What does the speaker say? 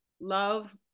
love